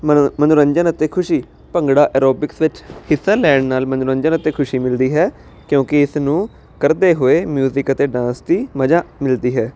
ਮਨੋ ਮਨੋਰੰਜਨ ਅਤੇ ਖੁਸ਼ੀ ਭੰਗੜਾ ਐਰੋਬਿਕਸ ਵਿੱਚ ਹਿੱਸਾ ਲੈਣ ਨਾਲ ਮਨੋਰੰਜਨ ਅਤੇ ਖੁਸ਼ੀ ਮਿਲਦੀ ਹੈ ਕਿਉਂਕਿ ਇਸ ਨੂੰ ਕਰਦੇ ਹੋਏ ਮਿਊਜਿਕ ਅਤੇ ਡਾਂਸ ਦੀ ਮਜਾ ਮਿਲਦੀ ਹੈ